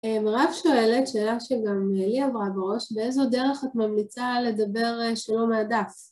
רב שואלת, שאלה שגם לי עברה בראש, באיזו דרך את ממליצה לדבר שלא מהדף?